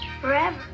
forever